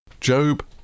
Job